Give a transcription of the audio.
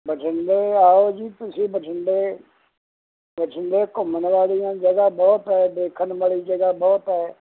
ਬਠਿੰਡੇ ਆਓ ਜੀ ਤੁਸੀਂ ਬਠਿੰਡੇ ਬਠਿੰਡੇ ਘੁੰਮਣ ਵਾਲੀਆਂ ਜਗ੍ਹਾ ਬਹੁਤ ਹੈ ਦੇਖਣ ਵਾਲੀ ਜਗ੍ਹਾ ਬਹੁਤ ਹੈ